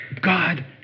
God